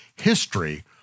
History